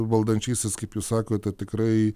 valdančiaisiais kaip jūs sakote tikrai